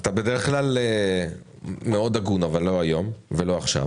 אתה בדרך כלל מאוד הגון אבל לא היום ולא עכשיו.